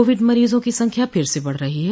Covid मरीजों की संख्या फिर से बढ़ रही है